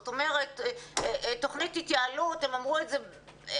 זאת אומרת, תוכנית התייעלות הם אמרו את זה לבד,